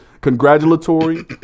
Congratulatory